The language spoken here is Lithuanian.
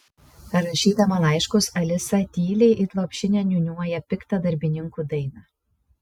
rašydama laiškus alisa tyliai it lopšinę niūniuoja piktą darbininkų dainą